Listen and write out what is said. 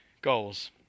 goals